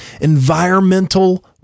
environmental